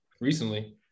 recently